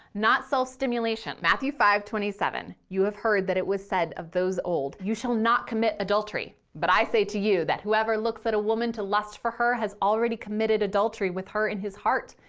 not self-stimulation. matthew five twenty seven you have heard that it was said of those of old you shall not commit adultery but i say to you that whoever looks at a woman to lust for her has already committed adultery with her in his heart.